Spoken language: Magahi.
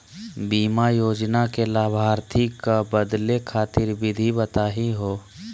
बीमा योजना के लाभार्थी क बदले खातिर विधि बताही हो?